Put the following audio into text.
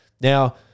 Now